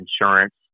insurance